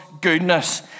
goodness